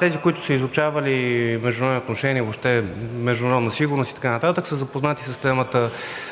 Тези, които са изучавали международни отношения, въобще международна сигурност и така нататък, са запознати с темата